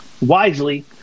wisely